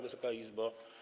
Wysoka Izbo!